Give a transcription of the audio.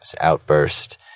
outburst